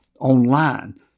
online